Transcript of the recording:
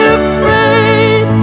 afraid